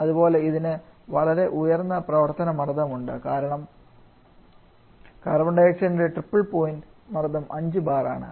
അതുപോലെ ഇതിന് വളരെ ഉയർന്ന പ്രവർത്തന മർദ്ദമുണ്ട് കാരണം കാർബൺ ഡൈഓക്സൈഡിന്റെ ട്രിപ്പിൾ പോയിന്റ് മർദ്ദം 5 ബാർ ആണ്